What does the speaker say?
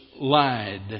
lied